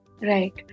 Right